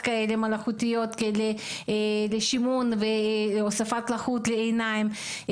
מדמיעות להוספת לחות לעיניים ובסטרואידים.